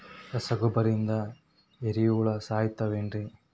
ರಸಗೊಬ್ಬರದಿಂದ ಏರಿಹುಳ ಸಾಯತಾವ್ ಏನ್ರಿ?